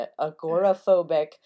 agoraphobic